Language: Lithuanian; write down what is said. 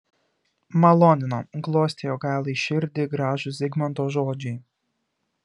malonino glostė jogailai širdį gražūs zigmanto žodžiai